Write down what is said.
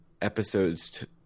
episodes